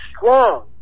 strong